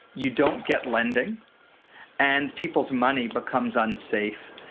you don't get lending and people's money becomes unsafe,